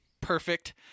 perfect